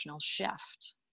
shift